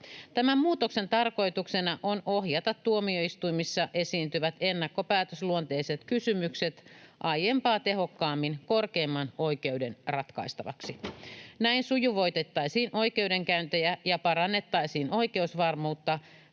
Tämän muutoksen tarkoituksena on ohjata tuomioistuimissa esiintyvät ennakkopäätösluonteiset kysymykset aiempaa tehokkaammin korkeimman oikeuden ratkaistaviksi. Näin sujuvoitettaisiin oikeudenkäyntejä ja parannettaisiin oikeusvarmuutta